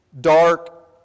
dark